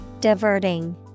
Diverting